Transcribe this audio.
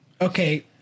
okay